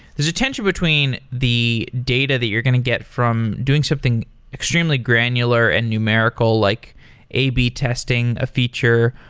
there's a tension between the data that you're going to get from doing something extremely granular and numerical like a b testing a feature